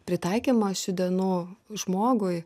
pritaikymą šių dienų žmogui